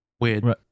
weird